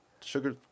Sugar